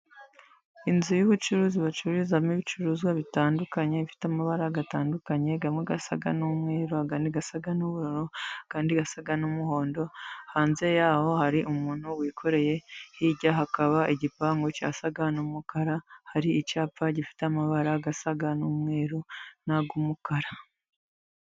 Inzu y'ubucuruzi bacururizamo ibicuruzwa bitandukanye, bifite amabara atandukanye. Amwe asa n'umweru, andi asa n'ubururu, andi asa n'umuhondo. Hanze yaho hari umuntu wikoreye. Hirya hakaba igipangu gisa n'umukara. Hari icyapa gifite amabara asa n'umweru, andi umukara.